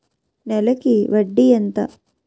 నెలకి వడ్డీ ఎంత?